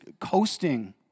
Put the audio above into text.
coasting